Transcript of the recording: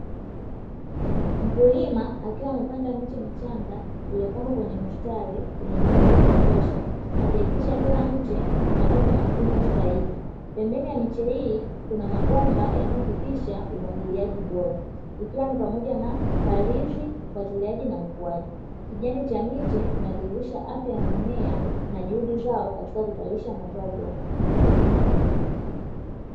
Mkulima akiwa amepanda miche michanga iliyopangwa kwenye mistari yenye nafasi ya kutosha akihakikisha kila mche unapata matunzo stahiki, pembeni ya miche hii kuna mabomba yanayohakikisha umwagiliaji bora, ikiwa ni pamoja na palizi, ufuatiliaji na ukuaji. Kijani cha miche kinadhihirisha afya ya mimea na juhudi zao katika kuzalisha mazao bora.